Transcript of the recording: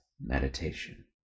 meditation